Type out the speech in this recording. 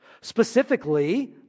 Specifically